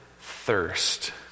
thirst